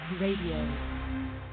Radio